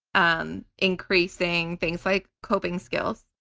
um increasing things like coping skills,